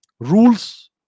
rules